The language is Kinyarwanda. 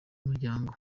muryango